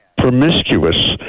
Promiscuous